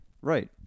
right